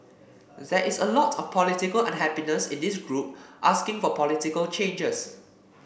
there is a lot of political unhappiness in this group asking for political changes